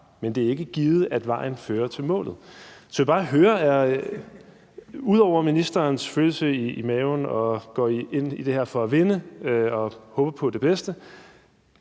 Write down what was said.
men det er ikke givet, at vejen fører til målet. Så jeg vil bare høre, om ministeren – ud over hans følelse i maven, og at han går ind i det her for at vinde og håber på det bedste